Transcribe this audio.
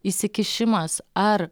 įsikišimas ar